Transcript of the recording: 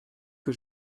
que